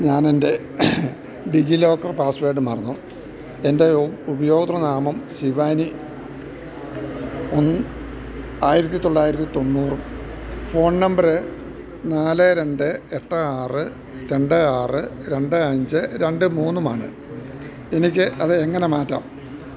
ഞാൻ എൻ്റെ DigiLocker password മറന്നു എൻ്റെ ഉപയോക്തൃ നാമം ശിവാനി ആയിരത്തി തൊള്ളായിരത്തി തൊണ്ണൂറും ഫോൺ നമ്പർ നാല് രണ്ട് എട്ട് ആറ് രണ്ട് ആറ് രണ്ട് അഞ്ച് രണ്ട് മൂന്നുമാണ് എനിക്ക് അത് എങ്ങനെ മാറ്റാം